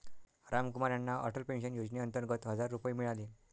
रामकुमार यांना अटल पेन्शन योजनेअंतर्गत हजार रुपये मिळाले